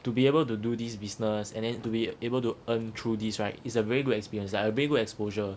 to be able to do this business and then to be able to earn through this right is a very good experience like a very good exposure